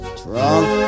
drunk